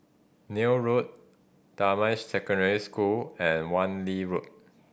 Neil Road Damai Secondary School and Wan Lee Road